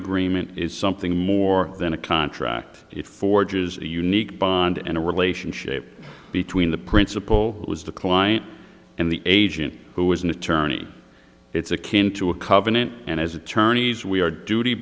agreement is something more than a contract it forges a unique bond in a relationship between the principal who is the client and the agent who is an attorney it's akin to a covenant and as attorneys we are duty